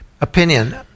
Opinion